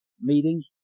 meetings